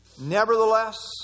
Nevertheless